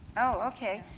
oh, ok.